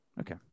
Okay